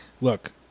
Look